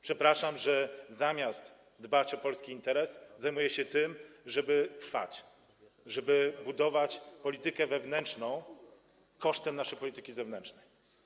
Przepraszam, że zamiast dbać o polski interes, zajmuję się tym, żeby trwać, żeby budować politykę wewnętrzną kosztem naszej polityki zewnętrznej.